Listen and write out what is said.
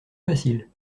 facile